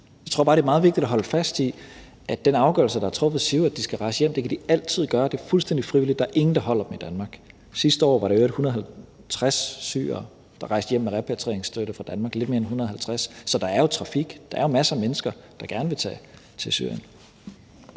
Jeg tror bare, det er meget vigtigt at holde fast i, at den afgørelse, der er truffet, jo siger, at de skal rejse hjem. Det kan de altid gøre. Det er fuldstændig frivilligt, og der er ingen, der holder på dem i Danmark. Sidste år var der i øvrigt lidt mere end 150 syrere, der rejste hjem med repatrieringsstøtte fra Danmark; så der er jo trafik, og der er jo masser af mennesker, der gerne vil tage til Syrien.